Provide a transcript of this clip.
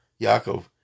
Yaakov